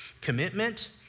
commitment